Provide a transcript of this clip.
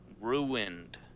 ruined